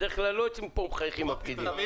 לבקשתו,